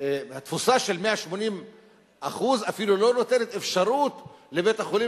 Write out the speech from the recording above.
התפוסה של 180% אפילו לא נותנת אפשרות לבית-החולים